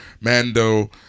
Mando